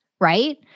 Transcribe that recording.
right